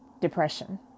depression